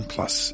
Plus